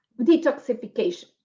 Detoxification